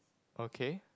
okay